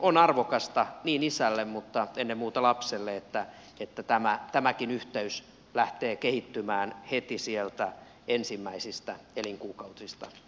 on arvokasta isälle mutta ennen muuta lapselle että tämäkin yhteys lähtee kehittymään heti sieltä ensimmäisistä elinkuukausista lähtien